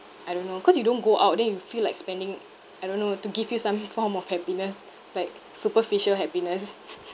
I don't know cause you don't go out then you feel like spending I don't know to give you some form of happiness like superficial happiness